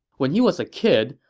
when he was a kid,